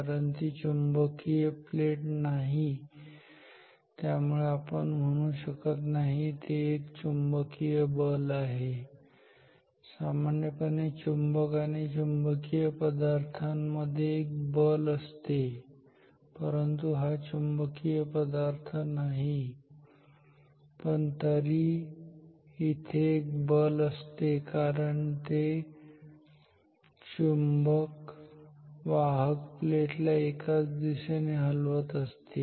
कारण ती एक चुंबकीय प्लेट नाही त्यामुळे आपण म्हणू शकत नाही की ते एक चुंबकीय बल आहे सामान्यपणे चुंबक आणि चुंबकीय पदार्थांमध्ये एक बल असते परंतु हा चुंबकीय पदार्थ नाही पण तरी इथे एक बल असते कारण हे चुंबक वाहक प्लेट ला एकाच दिशेने हलवत असते